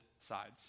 sides